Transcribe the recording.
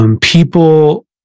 People